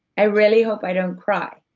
i really hope i don't cry.